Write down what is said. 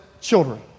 children